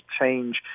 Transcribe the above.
change